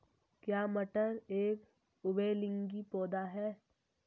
क्या मटर एक उभयलिंगी पौधा है?